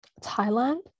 Thailand